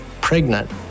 pregnant